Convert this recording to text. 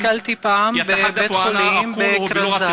נתקלתי פעם בבית-חולים בכרזה